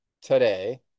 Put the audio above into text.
today